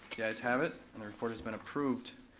the ayes have it, and the report has been approved,